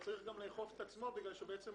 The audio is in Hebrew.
הוא צריך לאכוף את עצמו,